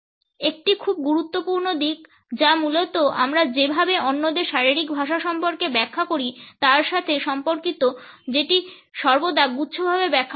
একটি খুব গুরুত্বপূর্ণ দিক যা মূলত আমরা যেভাবে অন্যদের শারীরিক ভাষা সম্পর্কে ব্যাখ্যা করি তার সাথে সম্পর্কিত যেটি সর্বদা গুচ্ছভাবে ব্যাখ্যা করা হয়